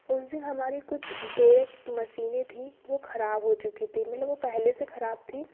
उस दिन हमारी कुछ दो एक मशीनें थी वो खराब हो चुकी थी मतलब वो पहले से खराब थी